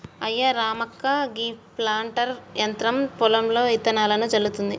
అయ్యా రామక్క గీ ప్లాంటర్ యంత్రం పొలంలో ఇత్తనాలను జల్లుతుంది